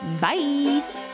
Bye